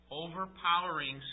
overpowering